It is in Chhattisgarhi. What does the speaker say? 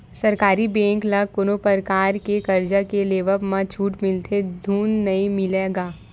सरकारी बेंक ले कोनो परकार के करजा के लेवब म छूट मिलथे धून नइ मिलय गा?